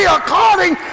according